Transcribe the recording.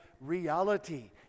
reality